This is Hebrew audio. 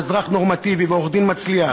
אזרח נורמטיבי ועורך-דין מצליח,